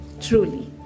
Truly